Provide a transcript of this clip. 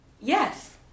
yes